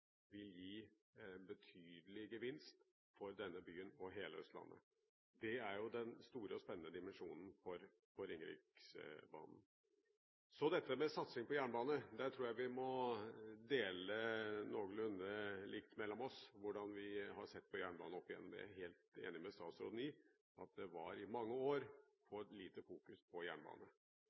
vil gi betydelig gevinst for denne byen og hele Østlandet. Det er jo den store og spennende dimensjonen for Ringeriksbanen. Når det gjelder satsing på jernbane, tror jeg vi må dele noenlunde likt mellom oss hvordan vi har sett på jernbane oppigjennom. Jeg er helt enig med statsråden i at det i mange år var fokusert for lite på jernbane.